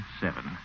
seven